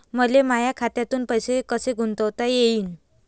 मले माया खात्यातून पैसे कसे गुंतवता येईन?